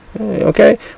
Okay